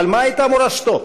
אבל מה הייתה מורשתו?